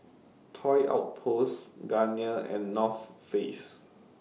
Toy Outposts Garnier and North Face